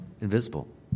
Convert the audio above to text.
invisible